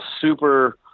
super